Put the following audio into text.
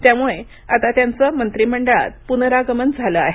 त्यामुळे आता त्यांचं मंत्रीमंडळात पुनरागमन झालं आहे